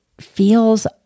feels